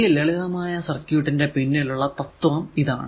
ഈ ലളിതമായ സർക്യൂട് ന്റെ പിന്നിലുള്ള തത്വം ഇതാണ്